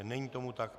Není tomu tak.